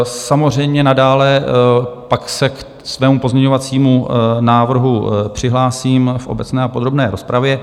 Samozřejmě nadále se pak ke svému pozměňovacímu návrhu přihlásím v obecné a podrobné rozpravě.